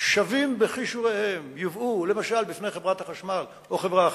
שווים בכישוריהם יובאו למשל בפני חברת החשמל או חברה אחרת,